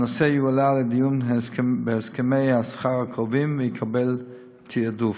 הנושא יועלה לדיון בהסכמי השכר הקרובים ויקבל תעדוף.